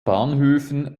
bahnhöfen